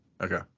Okay